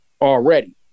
already